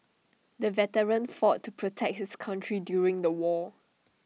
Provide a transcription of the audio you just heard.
the veteran fought to protect his country during the war